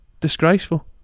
Disgraceful